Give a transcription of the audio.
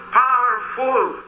powerful